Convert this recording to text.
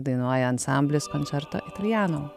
dainuoja ansamblis koncerto italijano